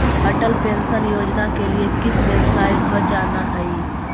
Atal pension Yojana के लिए किस वेबसाईट पर जाना हई